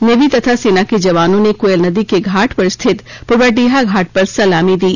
navy तथा सेना के जवानों ने कोयल नदी के घाट पर स्थित पुर्वडीहा घाट पर सलामी दी